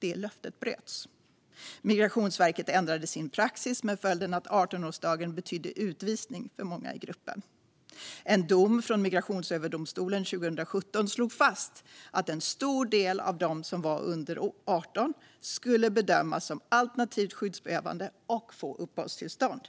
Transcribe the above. Det löftet bröts. Migrationsverket ändrade sin praxis med följden att 18-årsdagen betydde utvisning för många i gruppen. En dom från Migrationsöverdomstolen 2017 slog fast att en stor del av dem som var under 18 år skulle bedömas som alternativt skyddsbehövande och få uppehållstillstånd.